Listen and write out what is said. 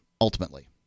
ultimately